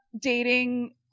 dating